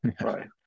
right